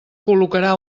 col·locarà